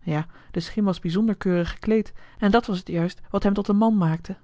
ja de schim was bijzonder keurig gekleed en dat was het juist wat hem tot een man maakte